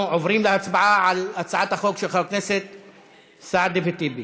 ההצעה להעביר את הצעת חוק סיוע לקטינים